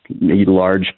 large